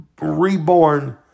reborn